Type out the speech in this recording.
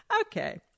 Okay